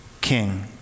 king